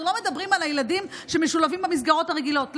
אנחנו לא מדברים על הילדים שמשולבים במסגרות הרגילות,